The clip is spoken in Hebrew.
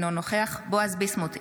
אינו נוכח בועז ביסמוט,